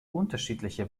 unterschiedliche